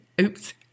Oops